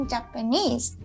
Japanese